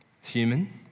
human